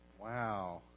Wow